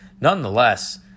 nonetheless